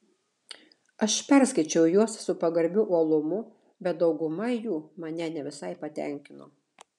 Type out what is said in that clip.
aš perskaičiau juos su pagarbiu uolumu bet dauguma jų mane ne visai patenkino